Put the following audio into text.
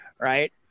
right